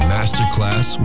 Masterclass